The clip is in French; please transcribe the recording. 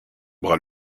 bras